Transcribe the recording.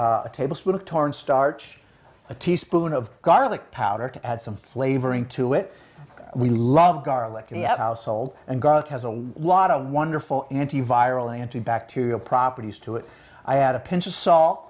a tablespoon of torn starch a teaspoon of garlic powder to add some flavoring to it we love garlicky at household and god has a lot of wonderful antiviral antibacterial properties to it i had a pinch of salt